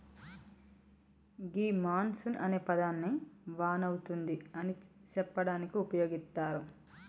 గీ monsoon అనే పదాన్ని వాన అతుంది అని సెప్పడానికి ఉపయోగిత్తారు